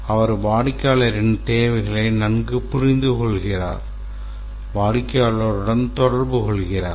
அவர் வாடிக்கையாளர் தேவைகளை நன்கு புரிந்துகொள்கிறார் வாடிக்கையாளருடன் தொடர்பு கொள்கிறார்